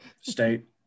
state